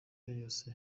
yose